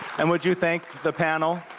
and would you thank the panel?